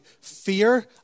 fear